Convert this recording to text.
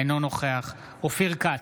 אינו נוכח אופיר כץ,